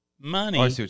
money